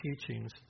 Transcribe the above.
teachings